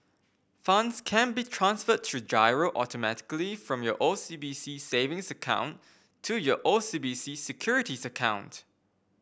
funds can be transferred through GIRO automatically from your O C B C Savings account to your O C B C Securities account